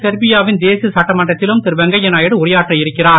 Serbia வின் தேசிய சட்டமன்றத்திலும் திருவெங்கைய நாயுடு உரையாற்ற இருக்கிறார்